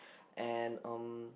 and um